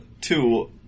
two